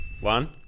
One